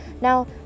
Now